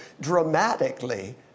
dramatically